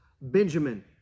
Benjamin